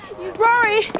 Rory